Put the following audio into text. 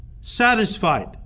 satisfied